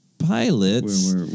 pilots